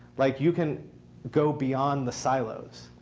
like you can go beyond the silos.